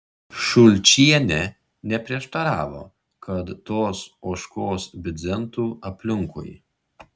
šulčienė neprieštaravo kad tos ožkos bidzentų aplinkui